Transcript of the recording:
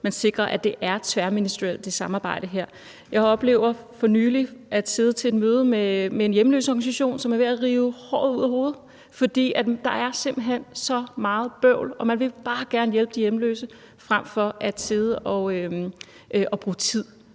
at det samarbejde her er tværministerielt. Jeg har oplevet for nylig at sidde til et møde med en hjemløseorganisation, som rev sig i håret over, at der simpelt hen er så meget bøvl, og man vil bare gerne hjælpe de hjemløse frem for at sidde og bruge tid